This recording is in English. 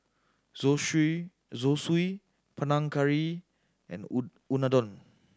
Zosui Panang Curry and Unadon